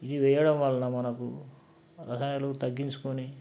ఇవి వేయడం వలన మనకు రసాయనాలు తగ్గించుకొని